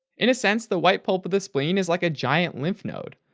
in a sense, the white pulp of the spleen is like a giant lymph node,